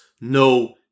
no